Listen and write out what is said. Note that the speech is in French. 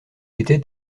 était